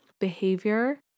behavior